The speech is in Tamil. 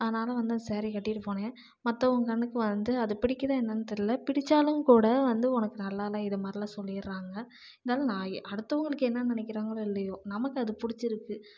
அதனால் வந்து அந்த ஸேரீயை கட்டிட்டு போனேன் மற்றவங்க கண்ணுக்கு வந்து அது பிடிக்குதா என்னன்னு தெரில பிடித்தாலும் கூட வந்து உனக்கு நல்லாயில்ல இதை மாதிரிலாம் சொல்லிடுறாங்க இருந்தாலும் நான் அடுத்தவங்களுக்கு என்ன நினைக்கிறாங்களோ இல்லையோ நமக்கு அது பிடிச்சிருக்கு